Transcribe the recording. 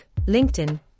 LinkedIn